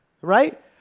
right